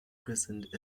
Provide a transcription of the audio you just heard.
christened